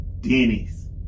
Denny's